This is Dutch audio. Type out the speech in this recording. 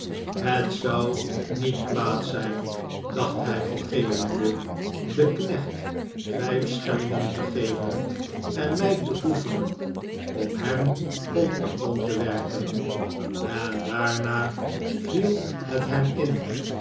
het zou niet kwaad zijn dacht hij al geeuwende den knecht vijf schellingen te geven en mij te oefenen om hem op den grond te werken en daarna viel het hem in